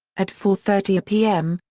at four thirty pm,